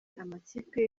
amakipe